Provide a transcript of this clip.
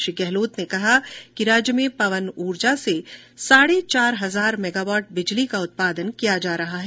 श्री गहलोत ने कहा कि राज्य में पवन ऊर्जा से साढे चार हजार मेगावाट बिजली का उत्पादन किया जा रहा है